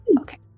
Okay